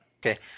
okay